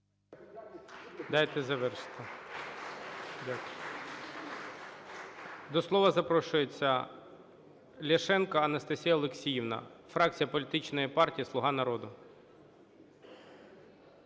Дайте завершити. Дякую. До слова запрошується Ляшенко Анастасія Олексіївна, фракція політичної партії "Слуга народу".